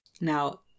Now